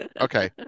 Okay